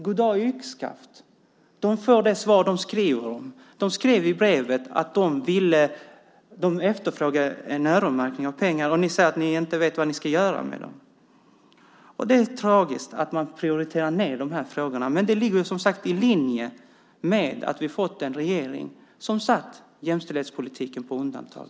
Goddag yxskaft! De får det svar de ber om. I brevet efterfrågade de en öronmärkning av pengar, och ni säger att ni inte vet vad ni ska göra med dem. Det är tragiskt att man prioriterar ned dessa frågor, men det ligger, som sagt, i linje med att vi fått en regering som satt jämställdhetspolitiken på undantag.